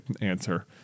answer